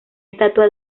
estatua